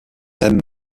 même